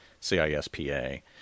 C-I-S-P-A